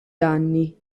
danni